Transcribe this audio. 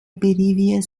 previous